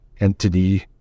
entity